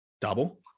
Double